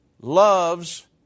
loves